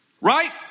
right